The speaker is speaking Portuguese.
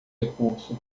recurso